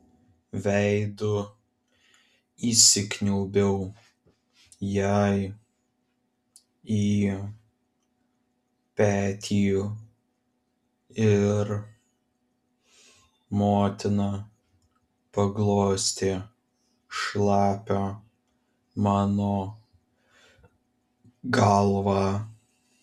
veidu įsikniaubiau jai į petį ir motina paglostė šlapią mano galvą